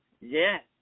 Yes